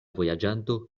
vojaĝanto